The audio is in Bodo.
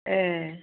ए